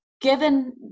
given